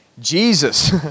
Jesus